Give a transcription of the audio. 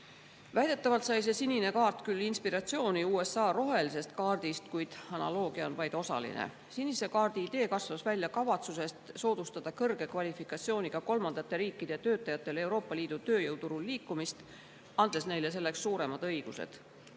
Väidetavalt sai see sinine kaart küll inspiratsiooni USA rohelisest kaardist, kuid analoogia on vaid osaline. Sinise kaardi idee kasvas välja kavatsusest soodustada kõrge kvalifikatsiooniga kolmandate riikide töötajate Euroopa Liidu tööjõuturul liikumist, andes neile selleks suuremad õigused.